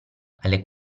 alle